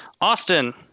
Austin